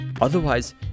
Otherwise